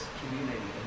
community